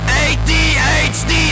adhd